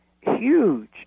huge